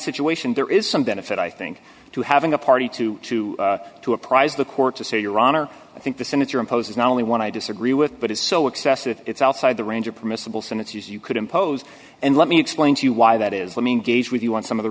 situation there is some benefit i think to having a party to to to apprise the court to say your honor i think the senator imposes not only one i disagree with but is so excessive it's outside the range of permissible since you could impose and let me explain to you why that is i mean gauge with you on some of the